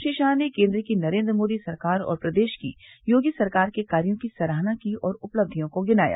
श्री शाह ने केन्द्र की नरेन्द्र मोदी सरकार और प्रदेश की योगी सरकार के कार्यो की सराहना की और उपलबियों को गिनाया